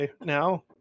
now